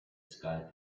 sky